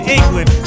England